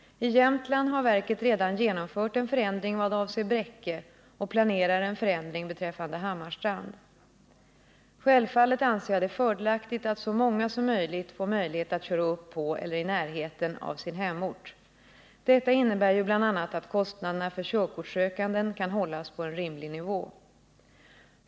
I Jämtland har verket redan genomfört en förändring vad avser Bräcke och planerar en förändring beträffande Hammarstrand. Självfallet anser jag det fördelaktigt att så många som möjligt får möjlighet att köra upp på eller i närheten av sin hemort. Detta innebär ju bl.a. att kostnaderna för körkortssökanden kan hållas på en rimlig nivå.